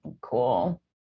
cool